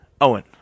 Owen